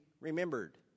remembered